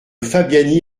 fabiani